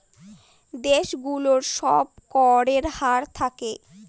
দেশ গুলোর সব করের হার থাকে